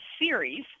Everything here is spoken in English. series